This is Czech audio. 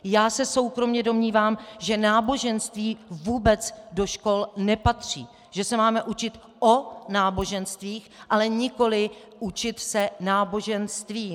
Já se soukromě domnívám, že náboženství vůbec do škol nepatří, že se máme učit o náboženstvích, ale nikoliv učit se náboženstvím.